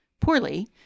poorly